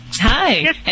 Hi